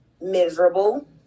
miserable